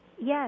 Yes